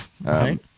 Right